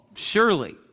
surely